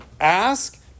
ask